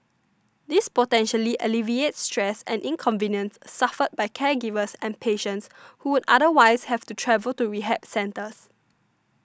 this potentially alleviates stress and inconvenience suffered by caregivers and patients who would otherwise have to travel to rehab centres